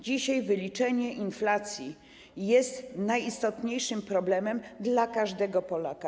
Dzisiaj wyliczenie inflacji jest najistotniejszym problemem dla każdego Polaka.